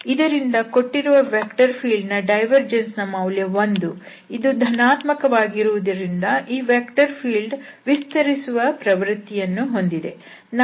ಇದರಿಂದ ಕೊಟ್ಟಿರುವ vector field ನ ಡೈವರ್ಜೆನ್ಸ್ ನ ಮೌಲ್ಯ 1 ಇದು ಧನಾತ್ಮಕವಾಗಿರುವುದರಿಂದ ಈ ವೆಕ್ಟರ್ ಫೀಲ್ಡ್ ವಿಸ್ತರಿಸುವ ಪ್ರವೃತ್ತಿಯನ್ನು ಹೊಂದಿದೆ